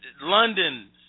London